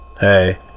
Hey